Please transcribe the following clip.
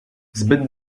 zbyt